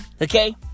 Okay